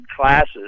classes